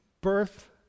birth